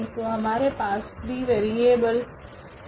तो हमारे पास फ्री वेरिएबल है